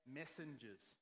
messengers